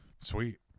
Sweet